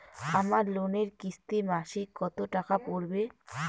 আমার লোনের কিস্তি মাসিক কত টাকা পড়বে?